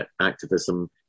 activism